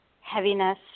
Heaviness